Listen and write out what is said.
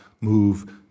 move